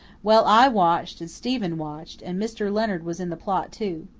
well, i watched and stephen watched, and mr. leonard was in the plot, too.